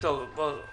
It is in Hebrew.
טוב, בוא.